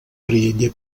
rialler